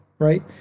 right